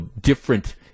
different